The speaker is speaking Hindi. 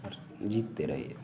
और जीतते रहिए